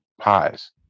pies